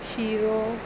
शिरो